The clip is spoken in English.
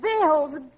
bills